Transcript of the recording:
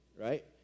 Right